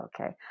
Okay